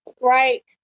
right